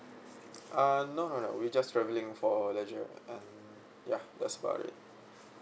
uh no no no we're just travelling for leisure and ya that's about it